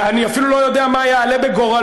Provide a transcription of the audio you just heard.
ואני אפילו לא יודע מה יעלה בגורלו,